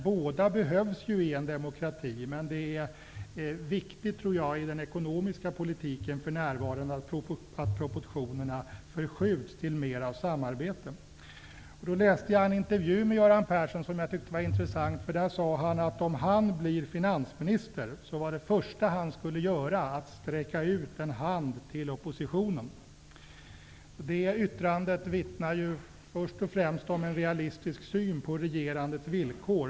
Båda företeelserna behövs i en demokrati, men det är viktigt i den ekonomiska politiken för närvarande att proportionerna förskjuts till mer av samarbete. Jag har läst en intressant intervju med Göran Persson. Där sade han att om han blir finansminister vore det första han skulle göra att sträcka ut en hand till oppositionen. Det yttrandet vittnar först och främst om en realistisk syn på regerandets villkor.